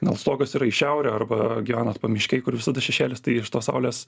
gal stogas yra į šiaurę arba gyvenat pamiškėj kur visada šešėlis tai iš tos saulės